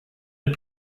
les